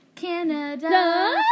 Canada